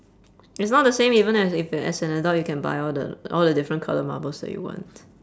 it's not the same even as if as an adult you can buy all the all the different colour marble that you want